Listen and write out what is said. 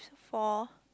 four